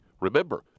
Remember